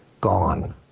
Gone